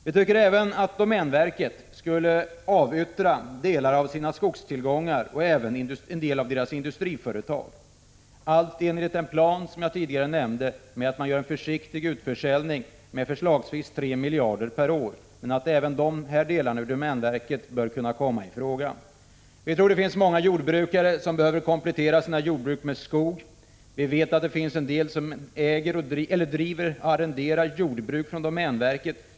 Vi tycker även att domänverket skulle avyttra delar av sina skogstillgångar och även en del industriföretag. Allt detta bör ske i enlighet med den plan som jag tidigare nämnde: att man gör en försiktig utförsäljning med förslagsvis 3 miljarder per år. Men även de här delarna av domänverket bör kunna komma i fråga. Vi tror att det finns många jordbrukare som behöver komplettera sina jordbruk med skogsbruk. Vi vet att det finns en del jordbrukare som driver jordbruk på mark arrenderad från domänverket.